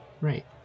Right